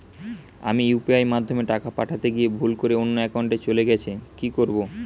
আমি ইউ.পি.আই মাধ্যমে টাকা পাঠাতে গিয়ে ভুল করে অন্য একাউন্টে চলে গেছে কি করব?